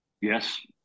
Yes